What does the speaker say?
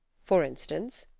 for instance?